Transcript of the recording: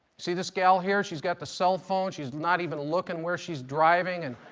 see this gal here? she's got the cell phone. she's not even looking where she's driving. and